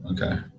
Okay